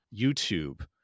YouTube